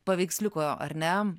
paveiksliuko ar ne